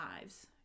lives